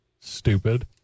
Stupid